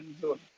zone